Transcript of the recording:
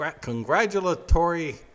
congratulatory